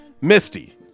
Misty